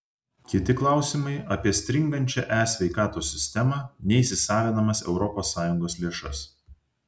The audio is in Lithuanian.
kiti klausimai apie stringančią e sveikatos sistemą neįsisavinamas europos sąjungos lėšas